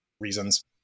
reasons